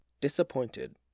Disappointed